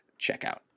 checkout